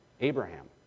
Abraham